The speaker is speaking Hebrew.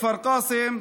כפר קאסם,